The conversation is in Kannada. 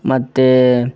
ಮತ್ತು